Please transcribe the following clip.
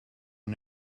are